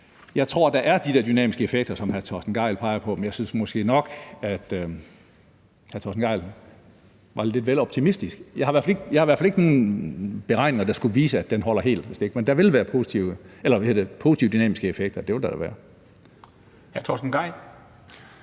Jeg tror, der er de der dynamiske effekter, som hr. Torsten Gejl peger på, men jeg synes måske nok, at hr. Torsten Gejl var lidt vel optimistisk. Jeg har i hvert fald ikke nogen beregninger, der skulle vise, at den holder helt stik, men der vil være positive dynamiske effekter. Det vil der være.